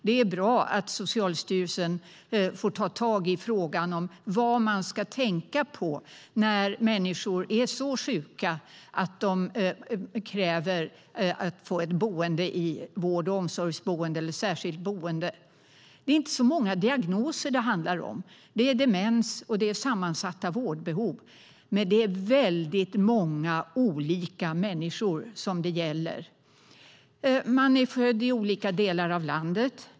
Det är bra att Socialstyrelsen får ta tag i frågan om vad man ska tänka på när människor är så sjuka att de kräver att få ett vård och omsorgsboende eller särskilt boende. Det är inte så många diagnoser det handlar om. Det är demens och det är sammansatta vårdbehov, men det är väldigt många olika människor som det gäller. De är födda i olika delar av landet.